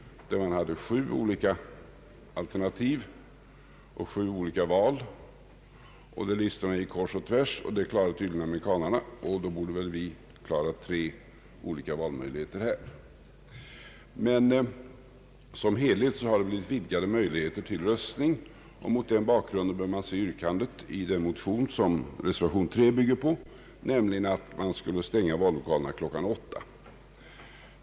Där hade man sju olika alternativ och sju olika val, och listorna gick kors och tvärs. Det klarade tydligen amerikanerna, och då borde vi här kunna klara tre olika valmöjligheter. Som helhet har det blivit vidgade möjligheter till röstning. Mot den bakgrunden bör man se yrkandet i den motion som reservation 3 bygger på, nämligen att vallokalerna skulle stänga kl. 20.